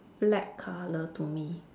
black colour to me